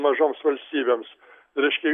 mažoms valstybėms reiškia